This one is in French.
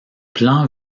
plan